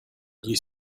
gli